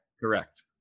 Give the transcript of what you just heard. Correct